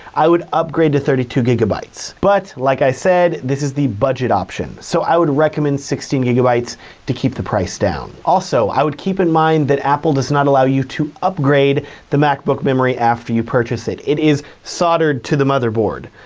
i would upgrade to thirty two gigabytes, but like i said, this is the budget option. so i would recommend sixteen gigabytes to keep the price down. also, i would keep in mind that apple does not allow you to upgrade the macbook memory after you purchase it. it is soldered to the motherboard.